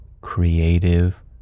creative